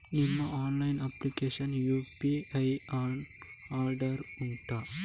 ನಿಮ್ಮ online application UPI ನ under ಉಂಟಾ